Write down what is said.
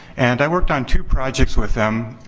and i worked on two projects with them.